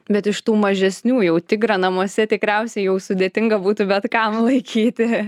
bet iš tų mažesniųjų tigrą namuose tikriausiai jau sudėtinga būtų bet kam laikyti